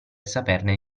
saperne